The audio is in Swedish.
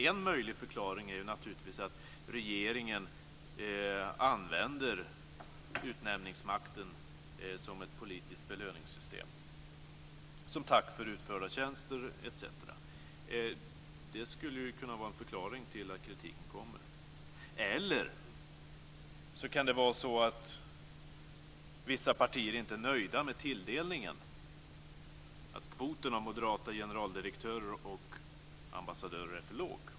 En möjlig förklaring är naturligtvis att regeringen använder utnämningsmakten som ett politiskt belöningssystem, som tack för utförda tjänster etc. Det skulle ju kunna vara en förklaring till att kritiken kommer. Eller också kan det vara så att vissa partier inte är nöjda med tilldelningen. Kvoten av moderata generaldirektörer och ambassadörer är kanske för låg.